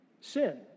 Sin